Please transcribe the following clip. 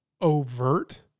overt